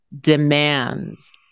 demands